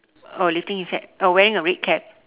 oh lifting his hand oh wearing a red cap